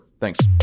Thanks